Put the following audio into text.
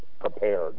prepared